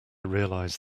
realize